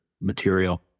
material